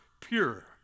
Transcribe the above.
pure